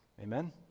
Amen